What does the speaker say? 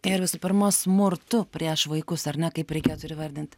ir visų pirma smurtu prieš vaikus ar ne kaip reikėtų ir įvardinti